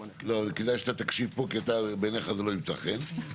וכדאי שתקשיב פה כי בעינך זה לא יימצא חן,